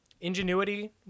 ingenuity